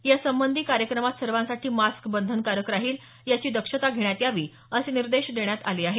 या संबंधी कार्यक्रमात सर्वांसाठी मास्क बंधनकारक राहील याची दक्षता घेण्यात यावी असे निर्देश देण्यात आले आहेत